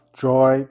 joy